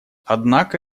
однако